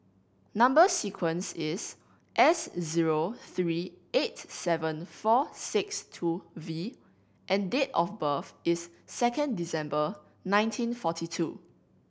number sequence is S zero three eight seven four six two V and date of birth is second December nineteen forty two